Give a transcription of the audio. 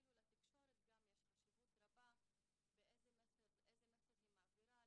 אפילו לתקשורת גם יש חשיבות רבה איזה מסר היא מעבירה,